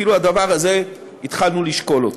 אפילו את הדבר הזה התחלנו לשקול.